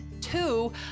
two